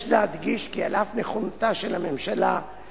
יש להדגיש כי על אף נכונותה של הממשלה לתמוך